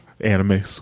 anime